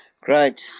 Great